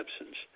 absence